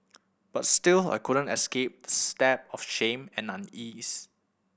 but still I couldn't escape stab of shame and unease